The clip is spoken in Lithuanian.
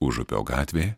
užupio gatvė